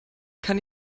kann